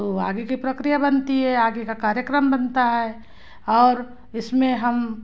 तो आगे की प्रक्रिया बनती है आगे का कार्यक्रम बनता है और इसमें हम